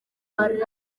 hari